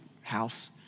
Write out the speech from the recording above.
house